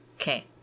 Okay